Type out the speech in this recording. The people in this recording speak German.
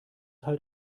halt